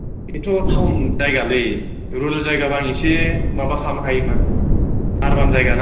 बेथ' टाउन जायगालै रुरेल जायगाबा आं एसे माबा खालामनो हायोमोन आरबान जायगाना